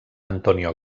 antonio